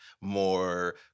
more